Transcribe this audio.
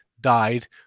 died